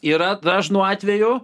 yra dažnu atveju